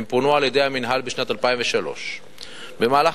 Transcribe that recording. הם פונו על-ידי המינהל בשנת 2003. במהלך